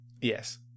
Yes